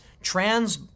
trans